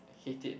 hate it